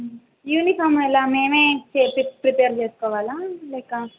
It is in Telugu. యూనిఫార్మ్ ఎలా మేమే చే ప్రిపేర్ చేసుకోవాలా లేక